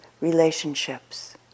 relationships